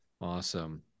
Awesome